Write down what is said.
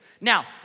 Now